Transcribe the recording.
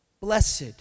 Blessed